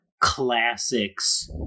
classics